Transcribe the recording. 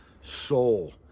soul